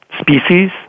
species